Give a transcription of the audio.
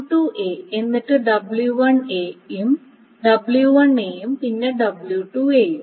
w2 എന്നിട്ട് w1 ഉം w1 ഉം പിന്നെ w2 ഉം